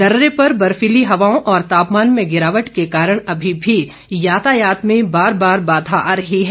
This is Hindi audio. दर्रे पर बर्फीली हवाओं और तापमान में गिरावट के कारण अभी भी यातायात में बार बार बाधा आ रही है